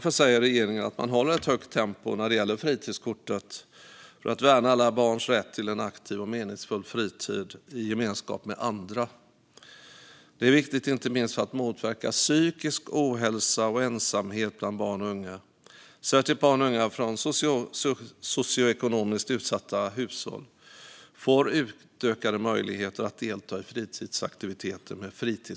För att värna alla barns rätt till en aktiv och meningsfull fritid i gemenskap med andra håller regeringen ett högt tempo när det gäller fritidskortet. Det är viktigt inte minst för att motverka psykisk ohälsa och ensamhet bland barn och unga. Särskilt barn och unga från socioekonomiskt utsatta hushåll får med fritidskortet utökade möjligheter att delta i fritidsaktiviteter.